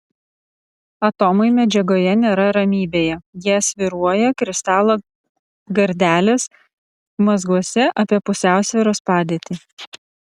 atomai medžiagoje nėra ramybėje jie svyruoja kristalo gardelės mazguose apie pusiausvyros padėtį